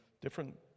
different